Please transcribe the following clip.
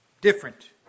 different